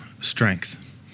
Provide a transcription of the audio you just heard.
strength